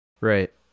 Right